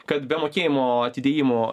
kad be mokėjimo atidėjimo